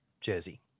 jersey